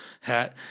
hat